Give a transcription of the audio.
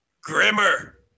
Grimmer